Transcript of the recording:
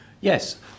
Yes